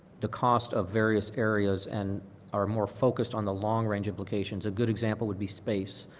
the cost of various areas and are more focused on the long-range implications of good example would be space.